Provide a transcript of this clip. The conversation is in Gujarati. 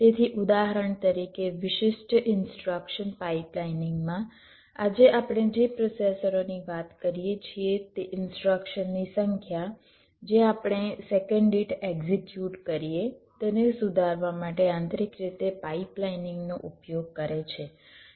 તેથી ઉદાહરણ તરીકે વિશિષ્ટ ઇનસ્ટ્રક્શન પાઈપલાઈનિંગમાં આજે આપણે જે પ્રોસેસરોની વાત કરીએ છીએ તે ઇનસ્ટ્રક્શનની સંખ્યા જે આપણે સેકંડ દીઠ એક્ઝિક્યુટ કરીએ તેને સુધારવા માટે આંતરિક રીતે પાઈપલાઈનિંગનો ઉપયોગ કરે છે